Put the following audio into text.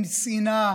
עם שנאה,